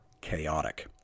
chaotic